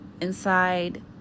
Inside